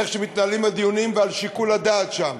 איך שמתנהלים הדיונים ושיקול הדעת שם,